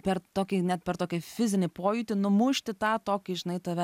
per tokį net per tokį fizinį pojūtį numušti tą tokį žinai tave